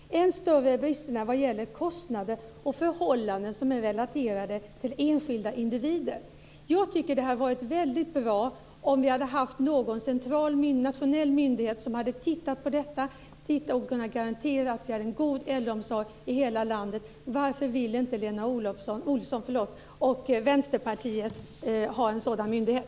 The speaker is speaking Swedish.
Än större är bristerna vad gäller kostnader och förhållanden som är relaterade till enskilda individer. Jag tycker att det hade varit väldigt bra om vi hade haft någon central, nationell myndighet som kunde titta på detta och garantera att vi har en god äldreomsorg i hela landet. Varför vill inte Lena Olsson och Vänsterpartiet ha en sådan myndighet?